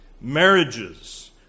marriages